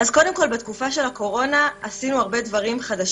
בתקופת הקורונה עשינו הרבה דברים חדשים.